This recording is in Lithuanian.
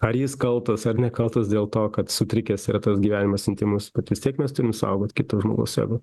ar jis kaltas ar nekaltas dėl to kad sutrikęs yra tas gyvenimas intymus bet vis tiek mes turim saugot kito žmogaus ego